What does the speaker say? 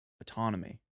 Autonomy